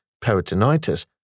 peritonitis